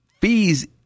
fees